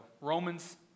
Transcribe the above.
Romans